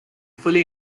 fully